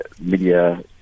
media